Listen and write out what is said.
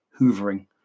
hoovering